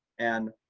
and